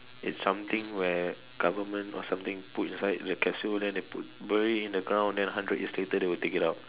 it's something where government or something put inside the capsule then they put inside bury in the ground then hundred years later they will take it out